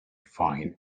find